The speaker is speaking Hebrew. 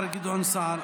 השר גדעון שר.